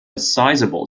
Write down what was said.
sizable